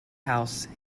house